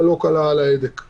על אחת כמה וכמה.